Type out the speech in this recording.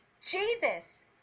Jesus